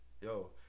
yo